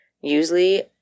usually